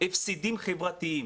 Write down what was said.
הפסדים חברתיים.